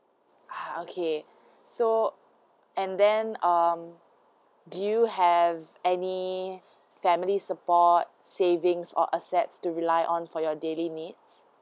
uh okay so and then um do you have any family support savings or assets to rely on for your daily needs